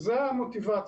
זו המוטיבציה.